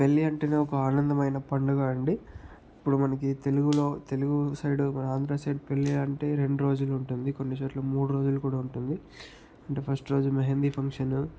పెళ్ళి అంటేనే ఒక ఆనందమైన పండుగా అండి ఇప్పుడు మనకి తెలుగులో తెలుగు సైడ్ మన ఆంధ్ర సైడ్ పెళ్ళి అంటే రెండు రోజులు ఉంటుంది కొన్ని చోట్ల మూడు రోజులు కూడా ఉంటుంది అంటే ఫస్ట్ రోజు మెహందీ ఫంక్షను